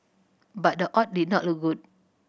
but the odd did not look good